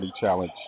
Challenge